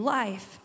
life